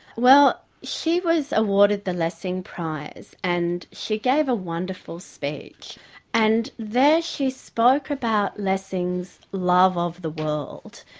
well she was awarded the lessing prize and she gave a wonderful speech and there she spoke about lessing's love of the world.